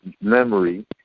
memory